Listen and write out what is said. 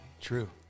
true